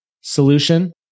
Solution